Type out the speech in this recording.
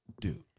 dude